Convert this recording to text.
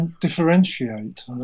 differentiate